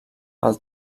pel